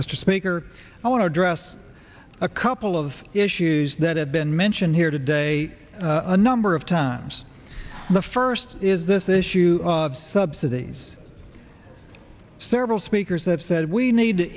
mr speaker i want to address a couple of issues that have been mentioned here today a number of times the first is this issue of subsidies several speakers that said we need